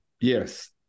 Yes